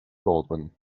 baldwin